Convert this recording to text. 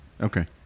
Okay